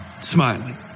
smiling